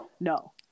No